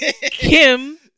Kim